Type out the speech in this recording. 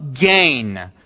gain